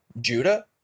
Judah